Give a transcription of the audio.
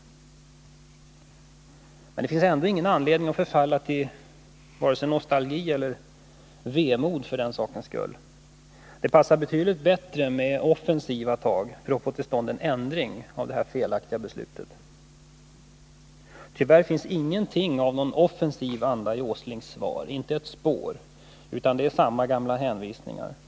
Men det finns ändå ingen anledning att förfalla till vare sig nostalgi eller vemod för den sakens skull. Det passar betydligt bättre med offensiva tag för att få till stånd en ändring av det här felaktiga beslutet. Tyvärr finns inte ett spår av någon offensiv anda i Nils Åslings svar på mina frågor, utan det är samma gamla hänvisningar som förut.